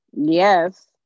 yes